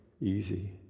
easy